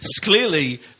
clearly